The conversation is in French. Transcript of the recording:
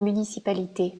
municipalité